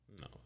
No